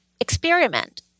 experiment